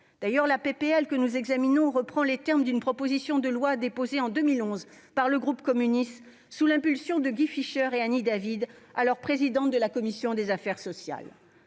D'ailleurs, le texte que nous examinons reprend les termes d'une proposition de loi déposée en 2011 par le groupe communiste, sous l'impulsion de Guy Fischer et Annie David, alors présidente de la commission des affaires sociales.